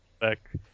Back